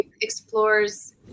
Explores